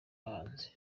bahanzi